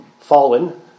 fallen